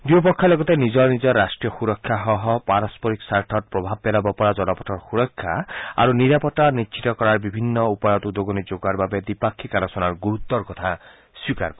দুয়োপক্ষই লগতে নিজৰ নিজৰ ৰাষ্ট্ৰীয় সুৰক্ষাসহ পাৰস্পৰিক স্বাৰ্থত প্ৰভাৱ পেলাব পৰা জলপথৰ সুৰক্ষা আৰু নিৰাপত্তা নিশ্চিত কৰাৰ বিভিন্ন উপায়ত উদগনি যোগোৱাৰ বাবে দ্বিপাক্ষিক আলোচনাৰ গুৰুত্বৰ কথা স্বীকাৰ কৰে